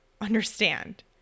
understand